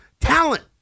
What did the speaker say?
talent